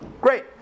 Great